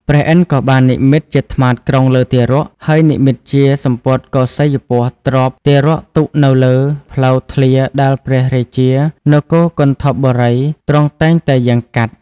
ព្រះឥន្ទ្រក៏បាននិម្មិតជាត្មាតក្រុងលើទារក ហើយនិម្មិតជាសំពត់កោសេយ្យពស្ត្រទ្រាប់ទារកទុកនៅលើលើផ្លូវធ្លា ដែលព្រះរាជានគរគន្ធពបូរី ទ្រង់តែងតែយាងកាត់។